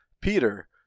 peter